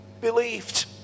believed